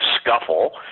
scuffle